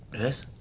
yes